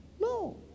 No